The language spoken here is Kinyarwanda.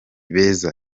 beza